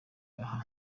aha